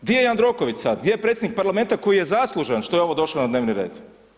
Gdje je Jandroković sad, gdje je predsjednik parlamenta koji je zaslužan što je ovo došlo na dnevni red?